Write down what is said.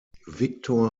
victor